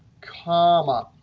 comma.